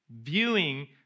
viewing